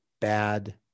bad